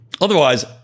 otherwise